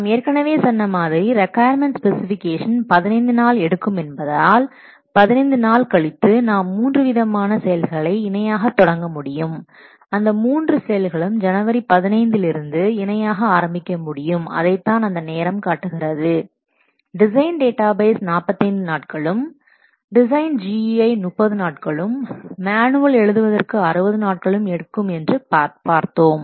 நாம் ஏற்கனவே சொன்ன மாதிரி ரிக்கொயர்மென்ட் ஸ்பெசிஃபிகேஷன் 15 நாள் எடுக்கும் என்பதால் 15 நாள் கழித்து நாம் மூன்று விதமான செயல்களை இணையாக தொடங்க முடியும் அந்த மூன்று செயல்களும் ஜனவரி 15ல் இருந்து இணையாக ஆரம்பிக்க முடியும் அதைத்தான் அந்த நேரம் காட்டுகிறது டிசைன் டேட்டாபேஸ் 45 நாட்களும் டிசைன் GUI 30 நாட்களும் மேனுவல் எழுதுவதற்கு 60 நாட்களும் எடுக்கும் என்று பார்த்தோம்